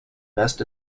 best